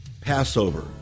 Passover